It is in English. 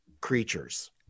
creatures